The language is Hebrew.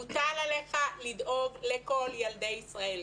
מוטל עליך לדאוג לכל ילדי ישראל,